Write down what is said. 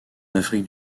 afrique